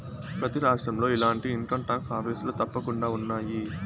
ప్రతి రాష్ట్రంలో ఇలాంటి ఇన్కంటాక్స్ ఆఫీసులు తప్పకుండా ఉన్నాయి